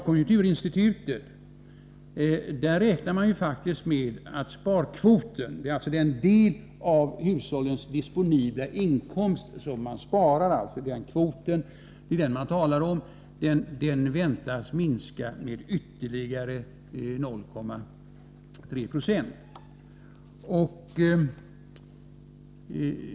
Konjunkturinstitutet räknar faktiskt med att sparkvoten, den del av hushållens disponibla inkomster som sparas, skall minska med ytterligare 0,3 20.